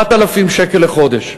4,000 שקל לחודש.